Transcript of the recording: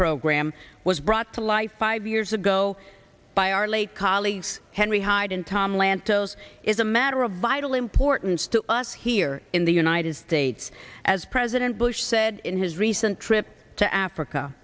program was brought to life five years ago by our late colleague henry hyde and tom lantos is a matter of vital importance to us here in the united states as president bush said in his recent trip to africa